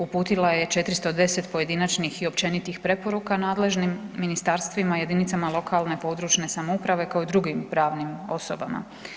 Uputila je 410 pojedinačnih i općenitih preporuka nadležnim ministarstvima, jedinicama lokalne, područne samouprave kao i drugim pravim osobama.